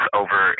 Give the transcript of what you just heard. over